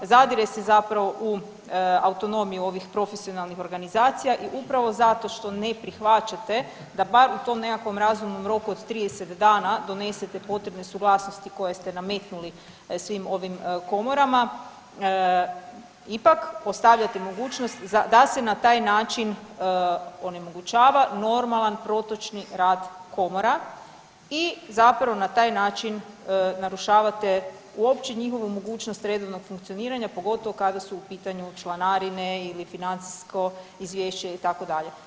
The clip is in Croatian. Zadire se zapravo u autonomiju ovih profesionalnih organizacija i upravo zato što ne prihvaćate da bar u tom nekakvom razumnom roku od 30 dana donesete potrebne suglasnosti koje ste nametnuli svim ovim komorama ipak ostavljate mogućnost da se na taj način onemogućava normalan, protočni rad komora i zapravo na taj način narušavate uopće njihovu mogućnost redovnog funkcioniranja pogotovo kada su u pitanju članarine ili financijsko izvješće itd.